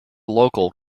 local